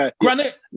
Granite